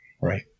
Right